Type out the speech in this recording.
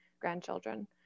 grandchildren